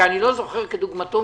שאיני זוכר כדוגמתו,